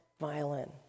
violin